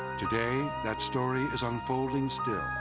today that story is unfolding still.